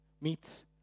meets